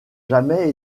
jamais